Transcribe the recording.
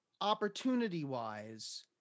opportunity-wise